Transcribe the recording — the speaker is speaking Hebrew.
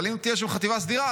אבל אם תהיה שם חטיבה סדירה,